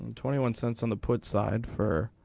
and twenty one cents on the put side for.